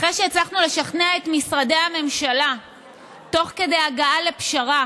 אחרי שהצלחנו לשכנע את משרדי הממשלה תוך כדי הגעה לפשרה